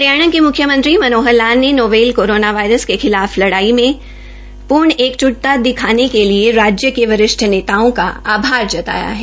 हरियाणा के म्ख्यमंत्री मनोहर लाल ने नोवेल कोरोना के खिलाफ लड़ाई में पूर्ण एकज्टता दिखाने के लिए राज्य के वरिष्ठ नेताओं का आभार जताया है